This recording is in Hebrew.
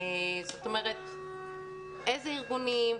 זאת אומרת איזה ארגונים,